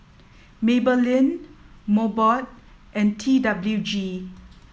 Maybelline Mobot and T W G